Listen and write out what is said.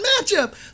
matchup